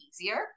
easier